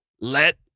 let